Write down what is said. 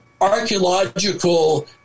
archaeological